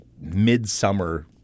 midsummer